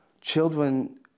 Children